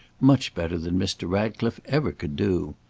much better than mr. ratcliffe ever could do.